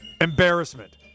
Embarrassment